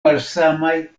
malsamaj